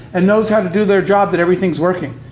and knows how to do their job, that everything's working.